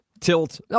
Tilt